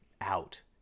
out